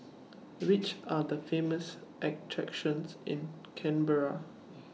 Which Are The Famous attractions in Canberra